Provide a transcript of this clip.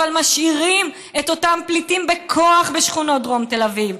אבל משאירים את אותם פליטים בכוח בשכונות דרום תל אביב,